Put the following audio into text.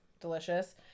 Delicious